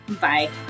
Bye